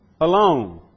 Alone